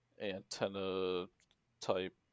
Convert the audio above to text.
antenna-type